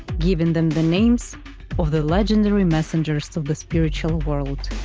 giving them the names of the legendary messengers of the spiritual world.